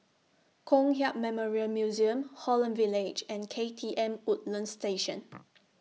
Kong Hiap Memorial Museum Holland Village and K T M Woodlands Station